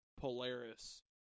Polaris